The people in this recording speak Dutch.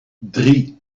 drie